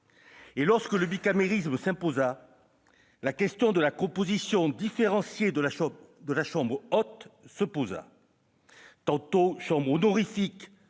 et, lorsque le bicamérisme s'imposa, la question de la composition différenciée de la chambre haute se posa. Tantôt chambre honorifique